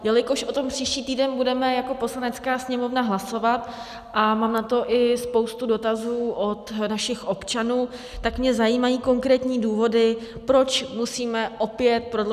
Jelikož o tom příští týden budeme jako Poslanecká sněmovna hlasovat a mám na to i spoustu dotazů od našich občanů, tak mě zajímají konkrétní důvody, proč musíme opět prodloužit nouzový stav.